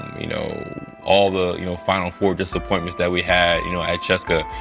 you know all the you know final four disappointments that we had you know at cska,